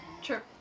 Sure